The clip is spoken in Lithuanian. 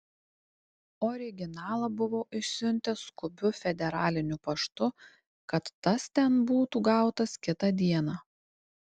originalą buvo išsiuntęs skubiu federaliniu paštu kad tas ten būtų gautas kitą dieną